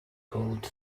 called